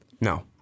No